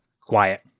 quiet